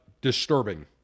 disturbing